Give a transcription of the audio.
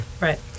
Right